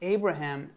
Abraham